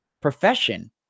profession